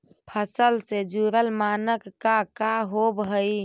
फसल से जुड़ल मानक का का होव हइ?